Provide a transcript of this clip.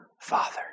Father